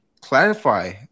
clarify